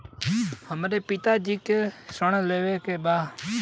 हमरे पिता जी के ऋण लेवे के बा?